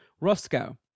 Roscoe